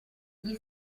gli